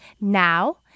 Now